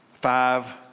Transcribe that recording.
Five